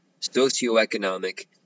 socioeconomic